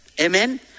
Amen